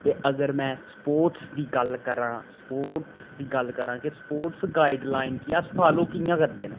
ते अगर में स्पोर्ट्स दी गल्ल करां स्पोर्ट्स दी गल्ल करां के स्पोर्ट्स गाइडलाइनें गी अस फालो कियां करदे